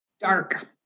Dark